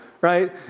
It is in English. right